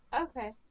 Okay